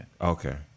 Okay